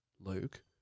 Luke